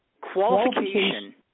qualification